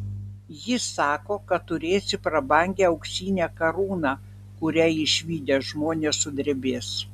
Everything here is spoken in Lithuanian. jis sako kad turėsi prabangią auksinę karūną kurią išvydę žmonės sudrebės